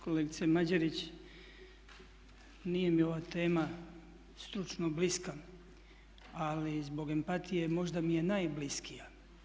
Kolegice Mađerić, nije mi ova tema stručno bliska, ali zbog empatije možda mi je najbliskija.